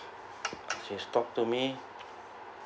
she's talk to me